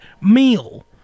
meal